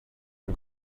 are